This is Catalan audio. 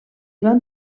van